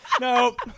Nope